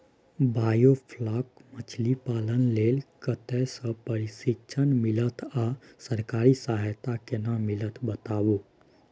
Biofloc मछलीपालन लेल कतय स प्रशिक्षण मिलत आ सरकारी सहायता केना मिलत बताबू?